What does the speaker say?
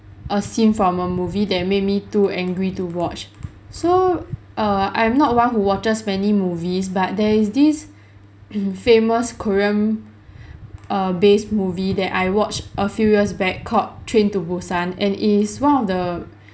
a scene from a movie that made me too angry to watch so err I'm not one who watches many movies but there is this mm famous korean err based movie that I watched a few years back called train to busan and it is one of the